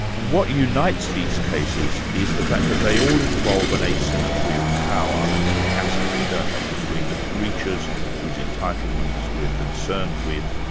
what unites these cases is the fact that they all involve an asymmetry of power and capacity, don't they, between the creatures whose entitlements we're concerned with,